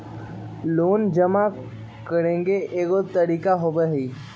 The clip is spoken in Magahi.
लोन जमा करेंगे एगो तारीक होबहई?